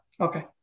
okay